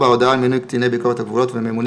(4) הודעה על מינוי קציני ביקורת הגבולות וממונים